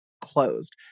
closed